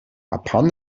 upon